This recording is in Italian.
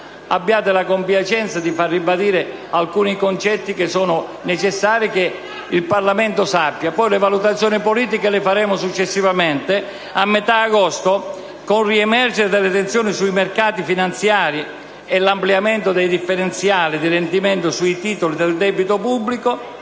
Abbiate la compiacenza di far ribadire al Governo alcuni concetti che è necessario che il Parlamento sappia. Le valutazioni politiche le faremo successivamente. A metà agosto, dicevo, con il riemergere delle tensioni sui mercati finanziari e l'ampliamento dei differenziali di rendimento sui titoli del debito pubblico,